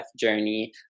journey